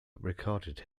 recorded